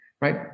right